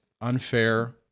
unfair